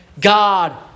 God